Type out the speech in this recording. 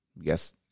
Yes